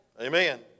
Amen